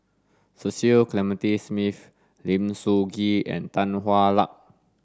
Cecil Clementi Smith Lim Sun Gee and Tan Hwa Luck